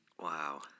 Wow